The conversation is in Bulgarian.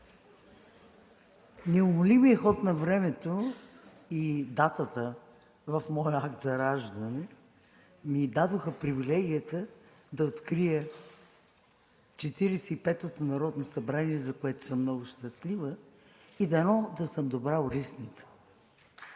неумолимият ход на времето и датата в моя акт за раждане ми дадоха привилегията да открия Четиридесет и петото народно събрание, за което съм много щастлива, и дано да съм добра орисница!